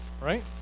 Right